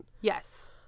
yes